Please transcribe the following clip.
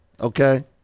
okay